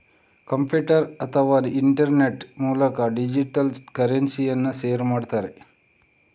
computer ಅಥವಾ internet ಮೂಲಕ digital ಕರೆನ್ಸಿಯನ್ನ ಶೇರ್ ಮಾಡ್ತಾರೆ